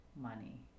money